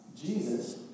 Jesus